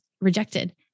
rejected